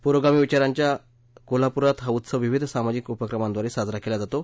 पुरोगामी विचारांच्या कोल्हापुरात हा उत्सव विविध सामाजिक उपक्रमांद्वारे साजरा केला जातो